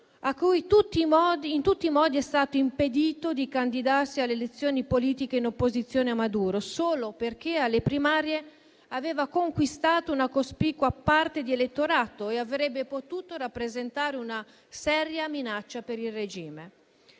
a cui in tutti i modi è stato impedito di candidarsi alle elezioni politiche in opposizione a Maduro, solo perché alle primarie aveva conquistato una cospicua parte di elettorato e avrebbe potuto rappresentare una seria minaccia per il regime.